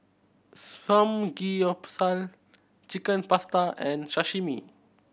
Samgeyopsal Chicken Pasta and Sashimi